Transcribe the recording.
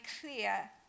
clear